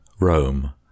Rome